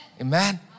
Amen